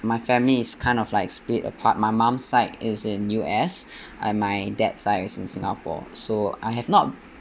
my family is kind of like split apart my mom side is in U_S and my dad side is in singapore so I have not